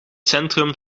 centrum